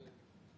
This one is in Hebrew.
כן.